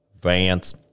Vance